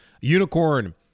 Unicorn